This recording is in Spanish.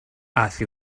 hace